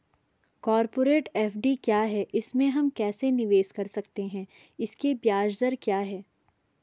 Corporate FD क्या है इसमें हम कैसे निवेश कर सकते हैं इसकी ब्याज दर क्या है?